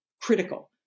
critical